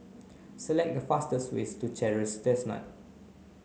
select the fastest ways to Chestnut Terrace